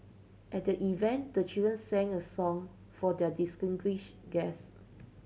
at the event the children sang a song for their distinguished guest